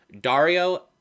dario